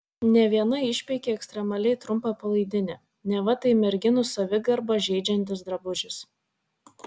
ne viena išpeikė ekstremaliai trumpą palaidinę neva tai merginų savigarbą žeidžiantis drabužis